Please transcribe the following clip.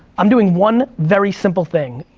i'm doing one very simple thing.